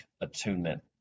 attunement